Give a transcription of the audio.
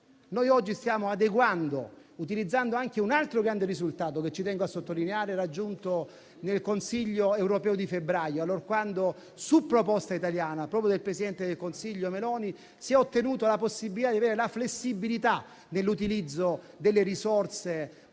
Oggi lo stiamo adeguando, utilizzando anche un altro grande risultato che ci tengo a sottolineare, raggiunto nel Consiglio europeo di febbraio, allorquando, su proposta italiana, proprio del presidente del Consiglio Meloni, si è ottenuta la possibilità di avere flessibilità nell'utilizzo delle risorse del